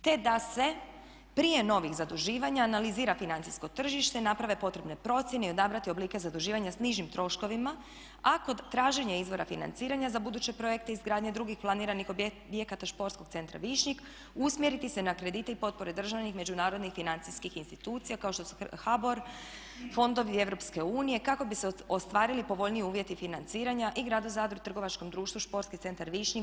Te da se prije novih zaduživanja analizira financijsko tržište, naprave potrebne procjene i odaberu oblici zaduživanja s nižim troškovima a kod traženja izvora financiranja za buduće projekte izgradnje drugih planiranih objekata športskog centra Višnjik usmjeriti se na kredite i potpore državnih, međunarodnih financijskih institucija kao što su HBOR, fondovi EU kako bi se ostvarili povoljniji uvjeti financiranja i gradu Zadru i trgovačkom društvu športski centar Višnjik.